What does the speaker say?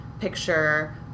picture